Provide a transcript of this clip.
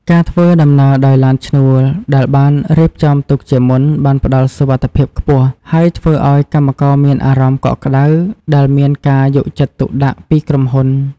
ការធ្វើដំណើរដោយឡានឈ្នួលដែលបានរៀបចំទុកជាមុនបានផ្តល់សុវត្ថិភាពខ្ពស់ ហើយធ្វើឱ្យកម្មករមានអារម្មណ៍កក់ក្តៅដែលមានការយកចិត្តទុកដាក់ពីក្រុមហ៊ុន។